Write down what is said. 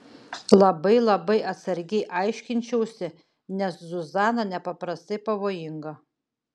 labai labai atsargiai aiškinčiausi nes zuzana nepaprastai pavojinga